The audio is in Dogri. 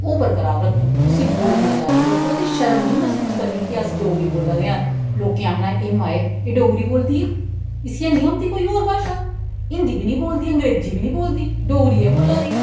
ओह् बरकरार रक्खो उसी बोलना जारी रक्खो ते शर्म निं मसूस करनी के अस डोगरी बोल्ला देआं लोकें आखना एह् माए एह् डोगरी बोलदी ऐ इसी हैन्नी औंदी कोई होर भाशा हिन्दी बी नेईं बोलदी अंग्रेजी बी नेईं बोलदी डोगरी ऐ बोल्लै दी